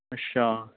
ਅੱਛਾ